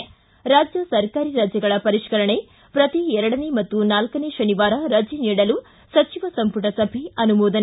ರ್ಷಿ ರಾಜ್ಯ ಸರ್ಕಾರಿ ರಜೆಗಳ ಪರಿಷ್ಕರಣೆ ಪ್ರತಿ ಎರಡನೇ ಮತ್ತು ನಾಲ್ಕನೇ ಶನಿವಾರ ರಜೆ ನೀಡಲು ಸಚಿವ ಸಂಪುಟ ಸಭೆ ಅನುಮೋದನೆ